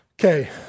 Okay